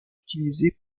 utilisés